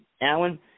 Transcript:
Alan